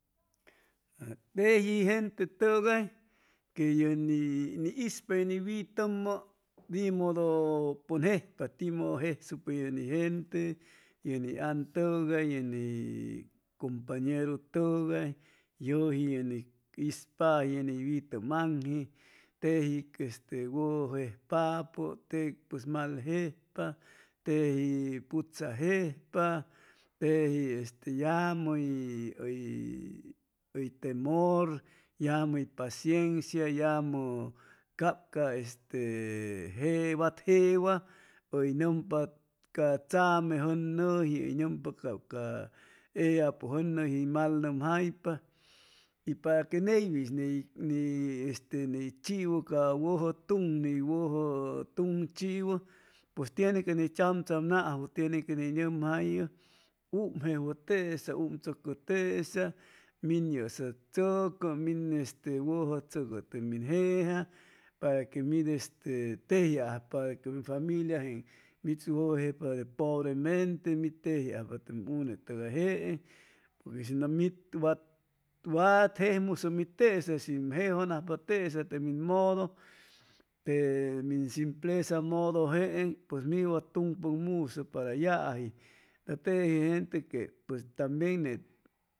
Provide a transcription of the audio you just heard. Teji gente tugay que yu ni ispu ye ni witumu tiu mudu pun jejpa tiu mudu jesucpa ne ni gente te ni antugay ne ni cumpañeru tugay yuji ne ni ispaji ye ni witum anji teji que este wuju jejpapo tec pues mal jejpa teji putsa jejpa teji este e llamu uy temur yamu uy paciencia yamu yamu cab ca este jewa wat jewa uy nuji mal numjaypa y para que neywin nis ni chiwaca wuju tun y wuju tun chiwu pues tiene que ni tsamtsam najuwu que ni numjayu um jejuwu tesa um tsucu tesa min yusa tsucu min este wuju tsucu te min jeja para que mits este teji ajpa de tejiajpa ten une tuga jeen porque shi nu mid wat wa simplesa mudu jeen pues mi wan tun pucmusu para yaji y teji gente que pues tambien ne.